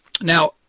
Now